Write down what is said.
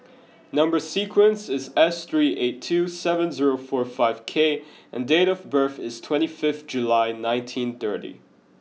number sequence is S three eight two seven zero four five K and date of birth is twenty fifth July nineteen thirty